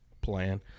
plan